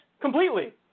completely